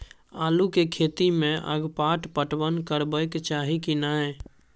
आलू के खेती में अगपाट पटवन करबैक चाही की नय?